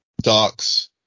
docs